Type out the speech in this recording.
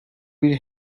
bir